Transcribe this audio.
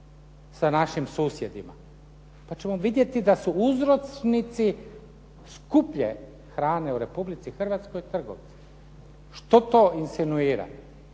sa našim susjedima, pa ćemo vidjeti da su uzročnici skuplje hrane u Republici Hrvatskoj trgovci. Što to insinuira?